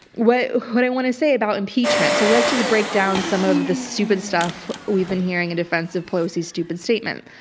what what i want to say about impeachment. so let's just break down some of the stupid stuff we've been hearing in defense of pelosi's stupid statement.